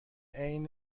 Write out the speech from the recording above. عین